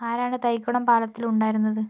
ആരാണ് തൈക്കുടം പാലത്തിൽ ഉണ്ടായിരുന്നത്